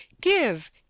give